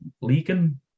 leaking